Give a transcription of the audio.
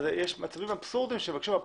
אבל יש מקרים אבסורדים שמבקשים מפה